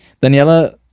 daniela